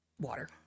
water